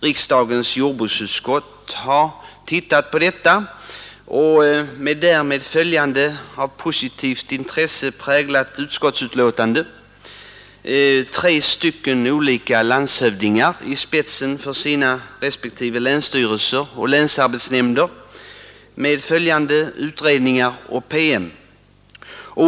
Riksdagens jordbruksutskott har tittat på området — med därmed följande av positivt intresse präglat utskottsutlåtande — likaså tre olika landshövdingar i spetsen för sina respektive länsstyrelser och länsarbetsnämnder, med följande utredningar och PM.